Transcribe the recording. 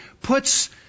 puts